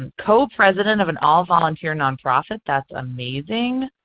and co-president of an all volunteer nonprofit, that's amazing.